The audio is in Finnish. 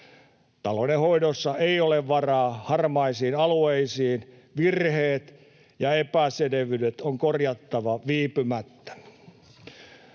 Taloudenhoidossa ei ole varaa harmaisiin alueisiin, virheet ja epäselvyydet on korjattava viipymättä.